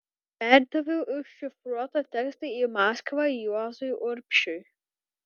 perdaviau užšifruotą tekstą į maskvą juozui urbšiui